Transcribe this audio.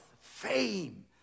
fame